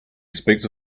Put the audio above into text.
speaks